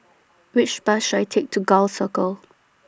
Which Bus should I Take to Gul Circle